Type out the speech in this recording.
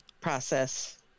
process